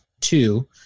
two